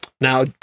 Now